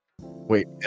Wait